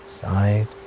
Side